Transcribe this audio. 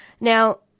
Now